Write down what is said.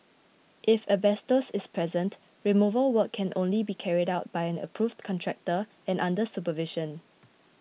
if asbestos is present removal work can only be carried out by an approved contractor and under supervision